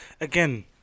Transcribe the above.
Again